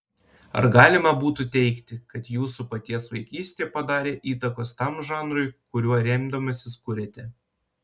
ar galima būtų teigti kad jūsų paties vaikystė padarė įtakos tam žanrui kuriuo remdamasis kuriate